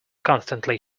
constantly